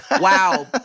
Wow